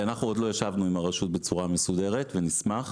אנחנו עוד לא ישבנו עם הרשות בצורה מסודרת, ונשמח.